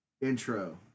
intro